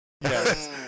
Yes